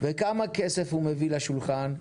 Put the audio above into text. וכמה כסף הוא מביא לשולחן,